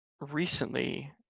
Recently